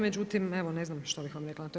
Međutim, ne znam što bih vam rekla na to.